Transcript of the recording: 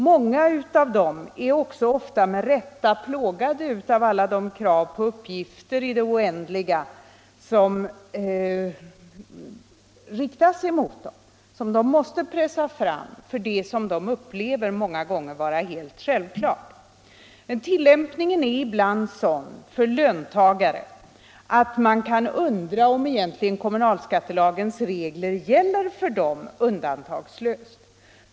Många är också ofta med rätta plågade av alla de krav som i det oändliga riktas mot dem på uppgifter som de måste pressa fram om saker som de många gånger upplever vara helt självklara. Men tillämpningen när det gäller löntagare är ibland sådan att man undrar om kommunalskattelagens regler egentligen gäller för dem undantagslöst.